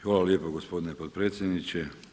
Hvala lijepo gospodine potpredsjedniče.